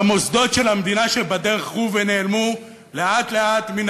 והמוסדות של המדינה שבדרך הלכו ונעלמו לאט-לאט מן